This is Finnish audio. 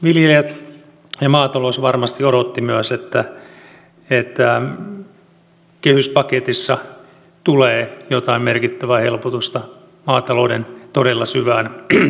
viljelijät ja maatalous varmasti odottivat myös että kehyspaketissa tulee jotain merkittävää helpotusta maatalouden todella syvään ahdinkoon